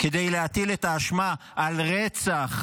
כדי להטיל את האשמה על רצח